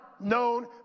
known